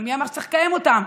אבל מי אמר שצריך לקיים אותן?